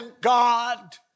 God